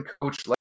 coach